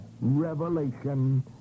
revelation